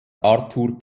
arthur